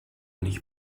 nicht